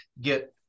get